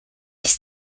ist